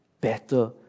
better